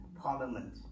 Parliament